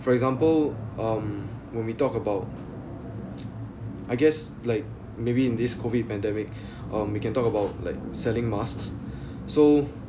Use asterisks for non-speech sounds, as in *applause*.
for example um when we talk about *noise* I guess like maybe in this COVID pandemic um we can talk about like selling masks so